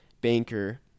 banker